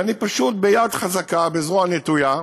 ואני פשוט ביד חזקה, בזרוע נטויה,